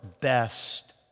best